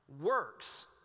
Works